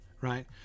right